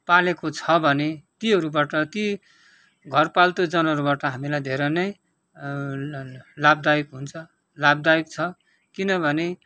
पालेको छ भने तीहरूबाट ती घर पाल्तु जनावरहरूबाट हामीलाई धेरै नै ल लाभदायक हुन्छ लाभदायक छ किनभने